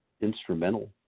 instrumental